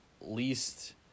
least